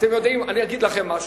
אתם יודעים, אני אגיד לכם משהו.